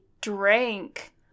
drank